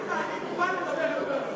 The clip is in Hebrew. אמרתי לך, אני מוכן לדבר על כל הזכויות,